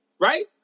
right